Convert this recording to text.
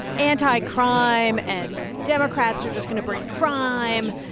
anti-crime, and democrats are just going to bring crime.